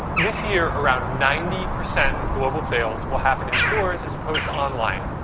this year around ninety percent of global sales will happen in stores as opposed to online.